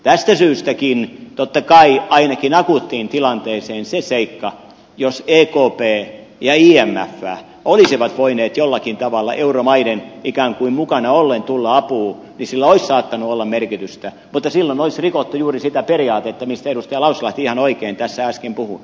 tästä syystäkin totta kai ainakin akuuttiin tilanteeseen sillä seikalla jos ekp ja imf olisivat voineet jollakin tavalla euromaiden ikään kuin mukana ollen tulla apuun olisi saattanut olla merkitystä mutta silloin olisi rikottu juuri sitä periaatetta mistä edustaja lauslahti ihan oikein tässä äsken puhui